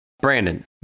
Brandon